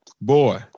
Boy